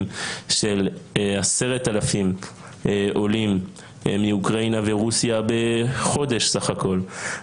של 10,000 עולים מאוקראינה ורוסיה בחודש סך הכול.